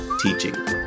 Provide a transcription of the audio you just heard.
teaching